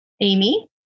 Amy